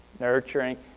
nurturing